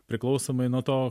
priklausomai nuo to